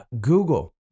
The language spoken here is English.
Google